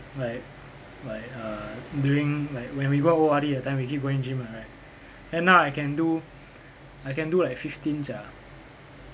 like like err during like when we got O_R_D that time we keep going gym [one] right then now I can do I can do like fifteen sia